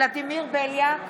ולדימיר בליאק,